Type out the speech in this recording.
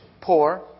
poor